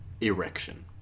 erection